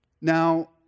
Now